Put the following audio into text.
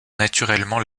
naturellement